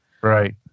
Right